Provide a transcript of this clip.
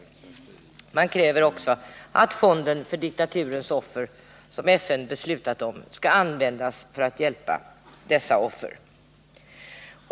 Man kräver också att den fond för diktaturernas offer som FN har beslutat om skall användas för att hjälpa dessa offer.